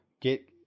get